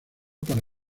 para